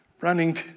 Running